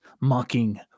mocking